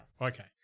Okay